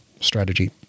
strategy